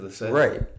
right